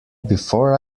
before